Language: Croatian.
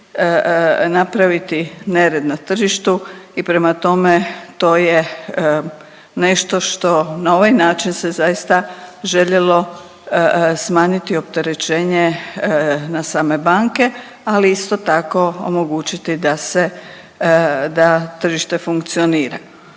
napraviti nered na tržištu i prema tome, to je nešto što na ovaj način se zaista željelo smanjiti opterećenje na same banke, ali isto tako omogućiti da se, da tržište funkcionira.